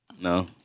No